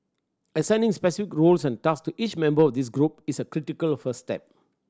assigning specific roles and task each member of this group is a critical first step